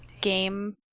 game